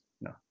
no